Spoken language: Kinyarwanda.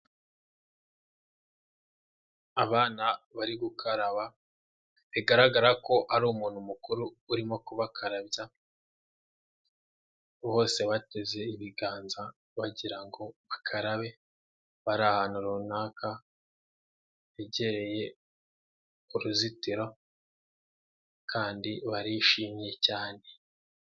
Abana bari gukaraba bigaragara ko hari umuntu mukuru urimo kubakarabya, bose bateze ibiganza bagira ngo karabe, bari ahantu runaka hegereye uruzitiro kandi barishimye cyane.